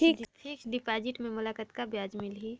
Fixed deposit मे मोला कतका ब्याज मिलही?